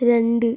രണ്ട്